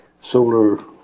solar